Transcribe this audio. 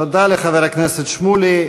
תודה לחבר הכנסת שמולי,